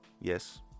Yes